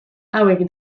hauek